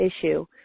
issue